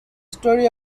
story